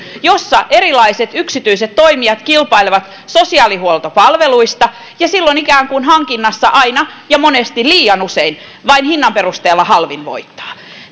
jossa erilaiset yksityiset toimijat kilpailevat sosiaalihuoltopalveluista ja jossa niin kuin hankinnassa aina ja monesti liian usein vain hinnan perusteella halvin voittaa